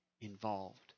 involved